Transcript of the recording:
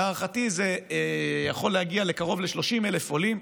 להערכתי זה יכול להגיע לקרוב ל-30,000 עולים.